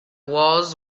walls